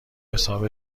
حساب